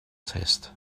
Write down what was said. test